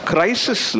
Crisis